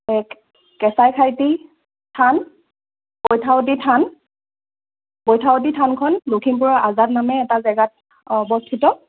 এক কেঁচাইখাইটি থান বৈঠাৱতী থান বৈঠাৱতী থানখন লখিমপুৰৰ আজাদ নামে এটা জেগাত অৱস্থিত